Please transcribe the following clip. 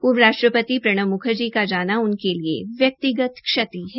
पूर्व राष्ट्रपति प्रणब म्खर्जी का जाना उनके लिए व्यक्तिगत क्षति है